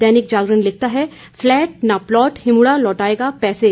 दैनिक जागरण लिखता है फ्लैट न प्लॉट हिमुडा लौटाएगा पैसा